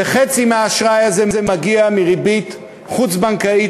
וחצי מהאשראי הזה מגיע מריבית חוץ-בנקאית,